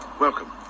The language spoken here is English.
Welcome